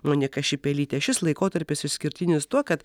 monika šipelytė šis laikotarpis išskirtinis tuo kad